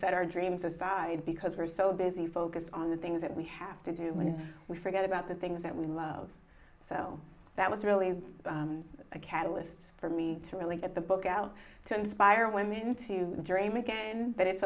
set our dreams aside because we're so busy focused on the things that we have to do when we forget about the things that we love so that was really a catalyst for me to really get the book out to inspire women to dream again that it's